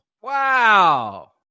wow